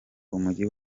umujyi